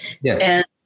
Yes